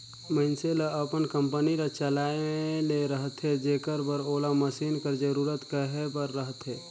मइनसे ल अपन कंपनी ल चलाए ले रहथे जेकर बर ओला मसीन कर जरूरत कहे कर रहथे